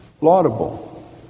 laudable